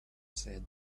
said